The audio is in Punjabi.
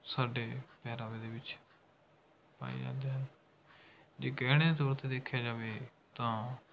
ਸਾਡੇ ਪਹਿਰਾਵੇ ਦੇ ਵਿੱਚ ਪਾਏ ਜਾਂਦੇ ਹਨ ਜੇ ਗਹਿਣਿਆਂ ਦੇ ਤੌਰ 'ਤੇ ਦੇਖਿਆ ਜਾਵੇ ਤਾਂ